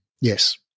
Yes